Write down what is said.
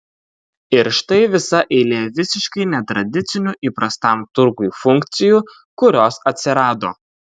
ir štai visa eilė visiškai netradicinių įprastam turgui funkcijų kurios atsirado